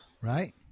Right